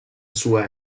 sua